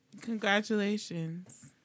Congratulations